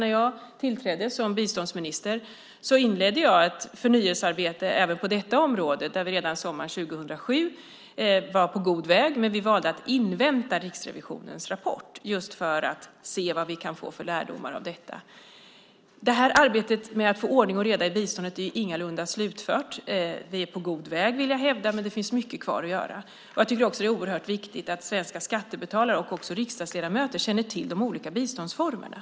När jag tillträdde som biståndsminister inledde jag ett förnyelsearbete även på detta område, där vi redan sommaren 2007 var på god väg men valde att invänta Riksrevisionens rapport just för att se vilka lärdomar vi kunde få av den. Arbetet med att få ordning och reda i biståndet är ingalunda slutfört. Det är på god väg, vill jag hävda, men det finns mycket kvar att göra. Jag tycker också att det är oerhört viktigt att svenska skattebetalare och även riksdagsledamöter känner till de olika biståndsformerna.